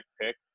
pick